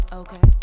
okay